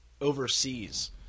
overseas